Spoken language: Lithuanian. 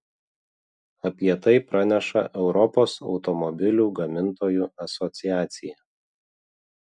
apie tai praneša europos automobilių gamintojų asociacija